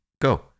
go